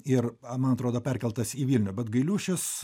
ir man atrodo perkeltas į vilnių bet gailiušis